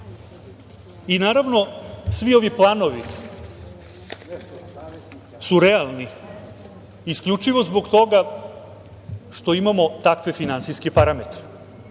pacijenta. Naravno, svi ovi planovi su realni isključivo zbog toga što imamo takve finansijske parametre.